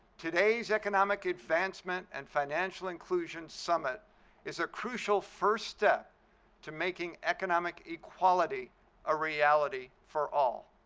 today's economic advancement and financial inclusion summit is a crucial first step to making economic equality a reality for all.